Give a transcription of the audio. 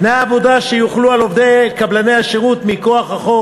תנאי העבודה שיוחלו על עובדי קבלני השירות מכוח החוק